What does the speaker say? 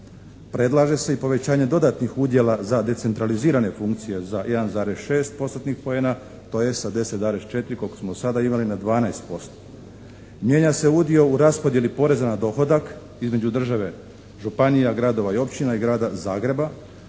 Predlaže se i povećanje dodatnih udjela za decentralizirane funkcije za 1,6 postotnih poena, tj. sa 10,4 koliko smo do sada imali na 12%. Mijenja se udio u raspodjeli poreza na dohodak između države, županija, gradova i općina i grada Zagreba